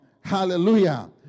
Hallelujah